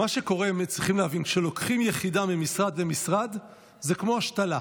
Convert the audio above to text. צריך להבין שכשלוקחים יחידה ממשרד למשרד זה כמו השתלה,